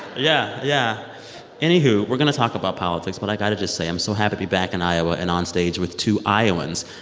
yeah, yeah any who, we're going to talk about politics. but i got to just say i'm so happy to be back in iowa and on stage with two iowans.